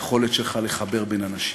ליכולת שלך לחבר בין אנשים.